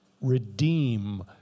redeem